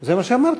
זה מה שאמרתי.